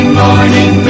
morning